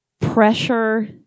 pressure